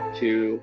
two